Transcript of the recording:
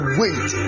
wait